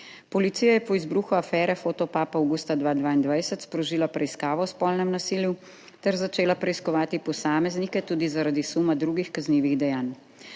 Policija je po izbruhu afere Fotopap avgusta 2022 sprožila preiskavo o spolnem nasilju ter začela preiskovati posameznike tudi zaradi suma drugih kaznivih dejanj.